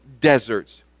deserts